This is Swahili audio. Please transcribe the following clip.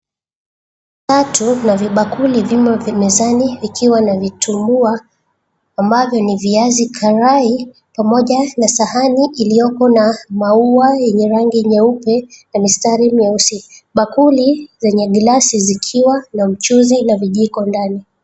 Watu na vibakuli vimo, vimezani vikiwa na vitumbua ambavyo ni viazi karai, pamoja na sahani ilioko na maua yenye rangi nyeupe na mistari meusi, bakuli zenye glasi zikiwa na mchuzi na vijiko ngani.